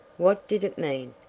what did it mean?